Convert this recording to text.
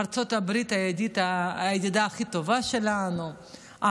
ארצות הברית הידידה הכי טובה שלנו,